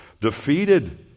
defeated